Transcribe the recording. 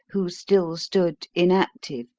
who still stood inactive,